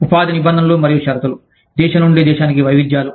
ఉపాధి నిబంధనలు మరియు షరతులు దేశం నుండి దేశానికి వైవిధ్యాలు